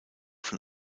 von